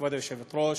כבוד היושבת-ראש,